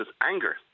anger